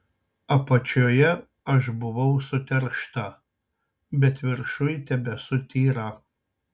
apačioje aš buvau suteršta bet viršuj tebesu tyra